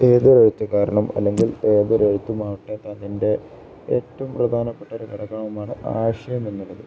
ഏതൊരു എഴുത്തുകാരനും അല്ലെങ്കിൽ ഏതൊരു എഴുത്തുമാകട്ടെ അതിൻ്റെ ഏറ്റവും പ്രധാനപ്പെട്ടൊരു ഘടകമാണ് ആശയമെന്നുള്ളത്